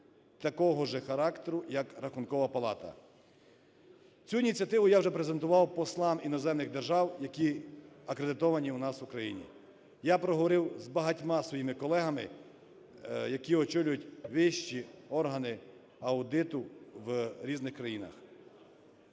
такого ж характеру, як Рахункова палата. Цю ініціативу я вже презентував послам іноземних держав, які акредитовані у нас в Україні. Я проговорив з багатьма своїми колегами, які очолюють вищі органи аудиту в різних країнах.